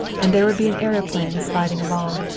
and there would be an aeroplane sliding along,